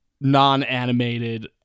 non-animated